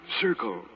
circle